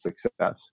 success